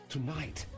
Tonight